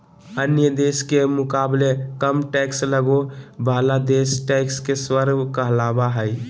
अन्य देश के मुकाबले कम टैक्स लगे बाला देश टैक्स के स्वर्ग कहलावा हई